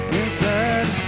inside